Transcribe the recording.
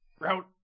route